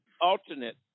alternate